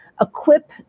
equip